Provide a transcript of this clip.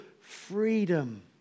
freedom